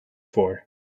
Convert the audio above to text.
for